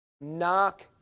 Knock